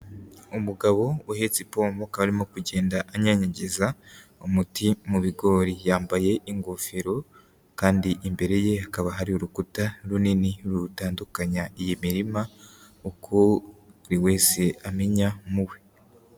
Umugabo uhetse ipombo aka arimo kugenda anyanyagiza umuti mu bigori, yambaye ingofero kandi imbere ye hakaba hari urukuta runini rutandukanya iyi mirima, uko buri wese amenya muwe.